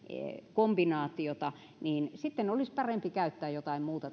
kombinaatiota niin sitten olisi parempi käyttää jotain muuta